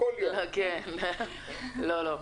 לא, לא.